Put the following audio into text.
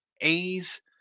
A's